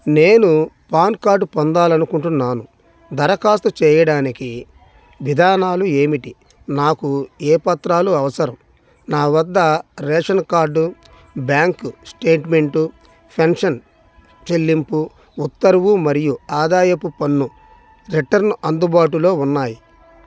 నేను PAN card పొందాలనుకుంటున్నాను దరఖాస్తు చెయ్యడానికి విధానాలు ఏమిటి నాకు ఏ పత్రాలు అవసరం నా వద్ద ration card bank statement pension చెల్లింపు ఉత్తర్వు మరియు ఆదాయపు పన్ను రిటర్న్ అందుబాటులో ఉన్నాయి